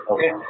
Okay